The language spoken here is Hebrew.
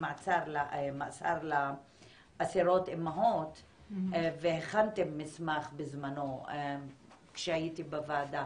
מאסר לאסירות אימהות והכנתם מסמך בזמנו כשהייתי בוועדה.